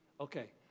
okay